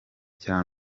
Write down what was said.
cya